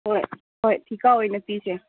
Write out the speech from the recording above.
ꯍꯣꯏ ꯍꯣꯏ ꯊꯤꯀꯥ ꯑꯣꯏꯅ ꯄꯤꯁꯦ